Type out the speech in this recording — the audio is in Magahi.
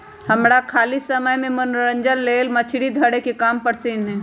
हमरा खाली समय में मनोरंजन लेल मछरी धरे के काम पसिन्न हय